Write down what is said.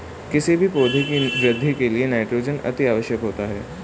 किसी भी पौधे की वृद्धि के लिए नाइट्रोजन अति आवश्यक होता है